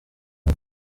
ngo